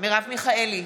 מרב מיכאלי,